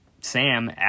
Sam